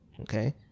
okay